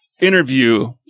interview